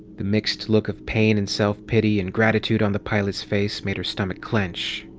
the mixed look of pain and self-pity and gratitude on the pilot's face made her stomach clench.